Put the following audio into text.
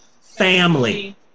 Family